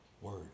word